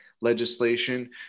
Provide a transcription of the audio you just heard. legislation